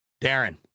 Darren